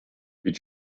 did